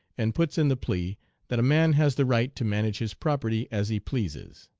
and puts in the plea that a man has the right to manage his property as he pleases.